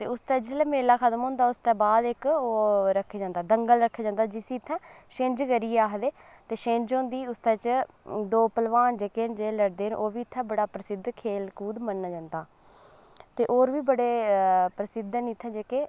ते उसदे जिसलै मेला खत्म होंदा उसदे बाद इक ओह् रक्खेआ जंदा दंगल रक्खेआ जंदा जिसी इत्थै छिंझ करियै आखदे छिंझ ते छिंझ होंदी उसदे च दो भलोआन जेह्के लड़दे न ओह् बी इत्थै बड़ा प्रसिद्ध खेढकुद्द मन्नेआ जंदा ते होर बी बड़े प्रसिद्ध न इत्थै जेह्के